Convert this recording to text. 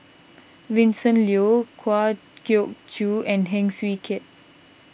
Vincent Leow Kwa Geok Choo and Heng Swee Keat